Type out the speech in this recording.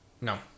No